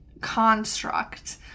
construct